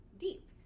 deep